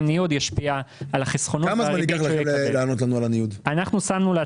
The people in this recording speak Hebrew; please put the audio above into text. ניוד תשפיע על החסכונות --- כמה זמן ייקח לכם לענות לנו לגבי הניוד?